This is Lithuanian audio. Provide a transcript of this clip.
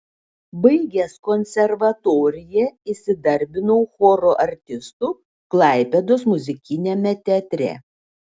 baigęs konservatoriją įsidarbinau choro artistu klaipėdos muzikiniame teatre